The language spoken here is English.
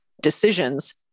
decisions